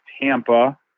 Tampa